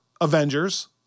Avengers